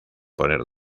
poner